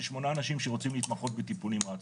שמונה אנשים שרוצים להתמחות בטיפול נמרץ,